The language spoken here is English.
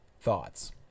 thoughts